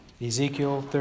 Ezekiel